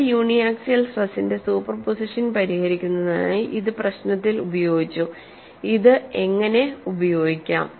രണ്ട് uniaxial സ്ട്രെസിന്റെ superposition പരിഹരിക്കുന്നതിനായി ഇത് പ്രശ്നത്തിൽ ഉപയോഗിച്ചു ഇത് എങ്ങനെ ഉപയോഗിക്കാം